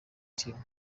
team